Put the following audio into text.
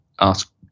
ask